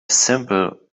simple